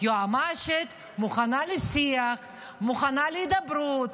היועמ"שית מוכנה לשיח, מוכנה להידברות,